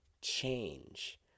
change